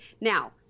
Now